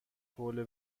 حوله